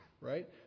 Right